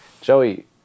Joey